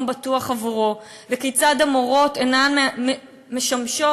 בטוח עבורו וכיצד המורות אינן משמשות,